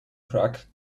truck